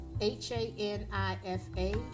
h-a-n-i-f-a